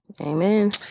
amen